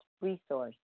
resource